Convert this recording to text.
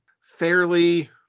fairly